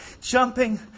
jumping